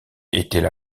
étaient